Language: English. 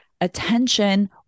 attention